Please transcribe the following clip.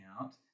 out